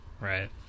right